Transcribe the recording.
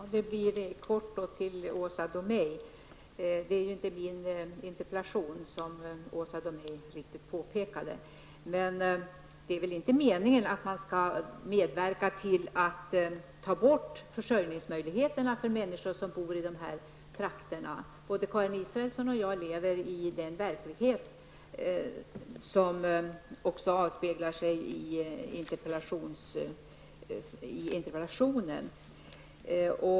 Herr talman! Som Åsa Domeij helt riktigt påpekade är det inte jag som har väckt interpellationen. Det är väl inte meningen att vi skall medverka till att ta bort försörjningsmöjligheterna för människor som bor i dessa trakter. Både Karin Israelsson och jag lever i den verklighet som avspeglar sig i interpellationen.